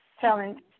telling